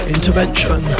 Intervention